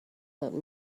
let